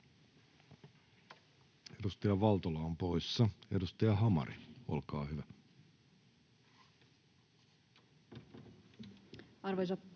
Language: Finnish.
edustaja Valtola on poissa. — Edustaja Hamari, olkaa hyvä. [Speech